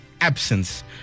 absence